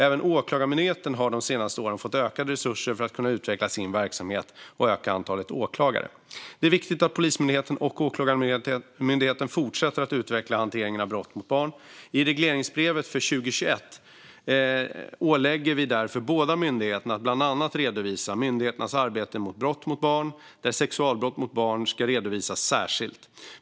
Även Åklagarmyndigheten har de senaste åren fått ökade resurser för att kunna utveckla sin verksamhet och öka antalet åklagare. Det är viktigt att Polismyndigheten och Åklagarmyndigheten fortsätter att utveckla hanteringen av brott mot barn. I regleringsbrevet för 2021 ålägger vi därför båda myndigheterna att bland annat redovisa myndighetens arbete mot brott mot barn, där sexualbrott mot barn ska redovisas särskilt.